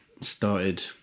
started